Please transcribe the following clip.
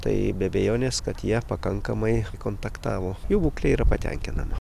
tai be abejonės kad jie pakankamai kontaktavo jų būklė yra patenkinama